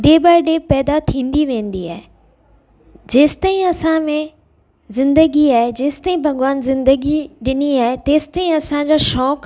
day बाए डे पैदा थींदी वेंदी आहे जेसि ताईं असां में ज़िन्दगी आहे जेसि ताईं भगवान ज़िन्दगी ॾिनी आहे तेसि ताईं असांजो शौंक़ु